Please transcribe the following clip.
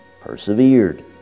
persevered